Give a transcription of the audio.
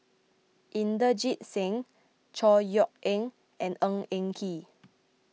Inderjit Singh Chor Yeok Eng and Ng Eng Kee